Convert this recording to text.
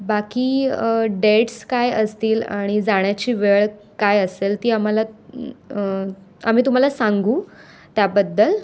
बाकी डेट्स काय असतील आणि जाण्याची वेळ काय असेल ती आम्हाला आम्ही तुम्हाला सांगू त्याबद्दल